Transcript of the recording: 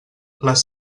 les